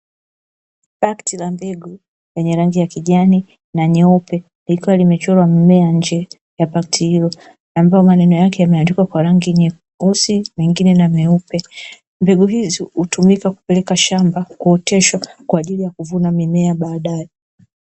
Pakiti za mbegu yenye rangi ya kijani na nyeupe lilikuwa limechorwa mimea ya nje ya pakiti hiyo yenye rangi ya kijani na nyeupe ikiwa imechorwa mimea nje ya pakiti hiyo, ambayo maneno yake yameandikwa kwa rangi nyeusi wengine na nyeupe, mbegu hizi hutumika kupeleka shamba kuoteshwa kwa ajili ya kuvuna mimea baadaye.